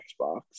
Xbox